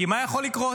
כי מה יכול לקרות?